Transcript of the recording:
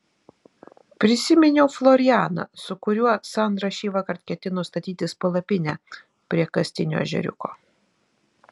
prisiminiau florianą su kuriuo sandra šįvakar ketino statytis palapinę prie kastinio ežeriuko